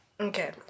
Okay